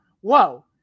whoa